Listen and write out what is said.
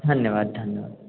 धन्यवाद धन्यवाद